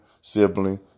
sibling